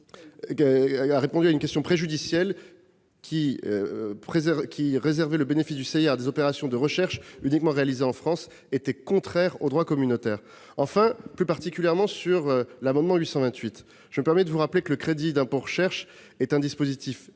répondant à une question préjudicielle, a estimé que réserver le bénéfice du CIR à des opérations de recherche uniquement réalisées en France était contraire au droit communautaire. Enfin, plus particulièrement sur l'amendement n° II-828 rectifié, je me permets de rappeler que le crédit d'impôt recherche est un dispositif